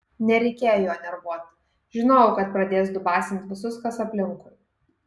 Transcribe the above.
nereikėjo jo nervuot žinojau kad pradės dubasint visus kas aplinkui